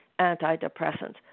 antidepressants